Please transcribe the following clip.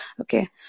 Okay